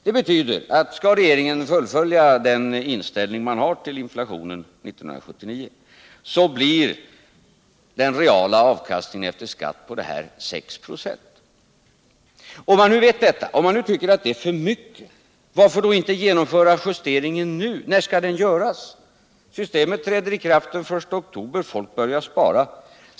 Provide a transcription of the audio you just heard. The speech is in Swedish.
Dewua betyder, att skall regeringen hålla fast vid sin inställning beträffande Värdesäkert lön sparande Värdesäkert lönsparande inflationen 1979, blir den reala avkastningen efter skatt 6 6. Om man nu tycker att det är för mycket kan man väl genomföra justeringen nu. När skall den göras? Systemet träder i kraft den 1 oktober och folk börjar spara.